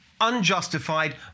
unjustified